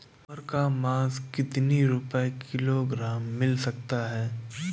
सुअर का मांस कितनी रुपय किलोग्राम मिल सकता है?